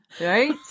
Right